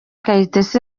kayitesi